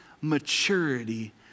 maturity